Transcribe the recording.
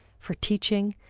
for teaching,